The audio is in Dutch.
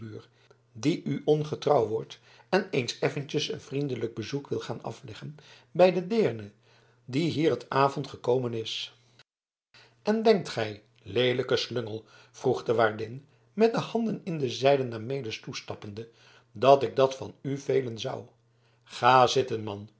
die u ongetrouw wordt en eens effentjes een vriendelijk bezoek wil gaan afleggen bij de deerne die hier t avond gekomen is en denkt gij leelijke slungel vroeg de waardin met de handen in de zijden naar melis toestappende dat ik dat van u velen zou ga zitten man